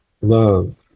love